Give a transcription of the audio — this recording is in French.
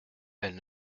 elle